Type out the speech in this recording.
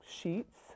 sheets